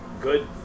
Good